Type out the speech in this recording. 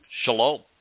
Shalom